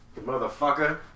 Motherfucker